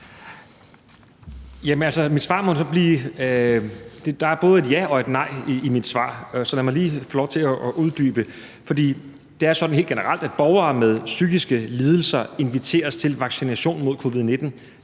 at der både er et ja og et nej i mit svar, så lad mig lige få lov til at uddybe det. For det er sådan helt generelt, at borgere med psykiske lidelser inviteres til vaccination mod covid-19